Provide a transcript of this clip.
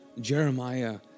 Jeremiah